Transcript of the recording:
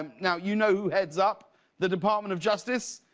now you know who heads up the department of justice?